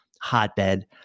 hotbed